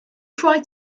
try